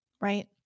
right